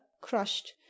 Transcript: crushed